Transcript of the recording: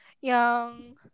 Yang